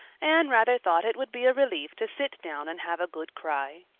anne rather thought it would be a relief to sit down and have a good cry.